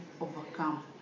overcome